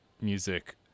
music